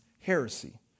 heresy